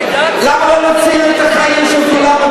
למה לא להציל את החיים של כולם,